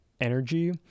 energy